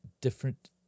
different